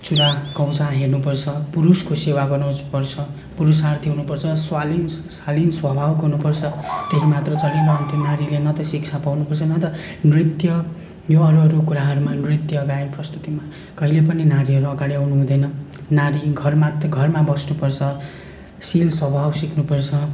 चुलाचौका हेर्नुपर्छ पुरुषको सेवा गर्नुपर्छ पुरुषार्थी हुनुपर्छ स्वालिन शालिन स्वभावको हुनुपर्छ त्यही मात्र चलिरहन्थ्यो नारीले न त शिक्षा पाउनुपर्छ न त नृत्य या अरूहरू कुरामा नृत्य गायन प्रस्तुतिमा कहिले पनि नारीहरू अगाडि आउनुहुँदैन नारी घर मात्र घरमा बस्नुपर्छ शील स्वभाव सिक्नुपर्छ